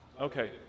Okay